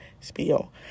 spiel